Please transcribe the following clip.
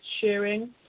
sharing